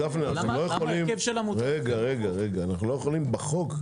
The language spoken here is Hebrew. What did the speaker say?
גפני, אנחנו לא יכולים להכניס את זה בחוק.